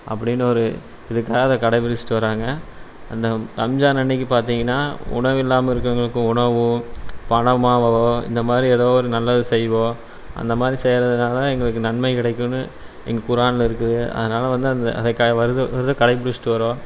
அப்படினு ஒரு இதற்காக அதை கடைபிடிச்சிகிட்டு வராங்க அந்த ரம்ஜான் அன்னைக்கு பார்த்திங்கன்னா உணவில்லாமல் இருக்கவங்களுக்கு உணவு பணமாவோ இந்த மாதிரி எதோ ஒரு நல்லது செய்வோம் அந்த மாதிரி செய்யறதுனால எங்களுக்கு நன்மை கிடைக்குன்னு எங்கள் குரானில் இருக்குது அதனால் வந்து அந்த அதை க வருட வருடம் கடைபிடிச்சிட்டு வரோம்